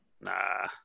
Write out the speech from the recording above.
Nah